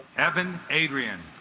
evan adrian